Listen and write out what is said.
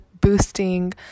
boosting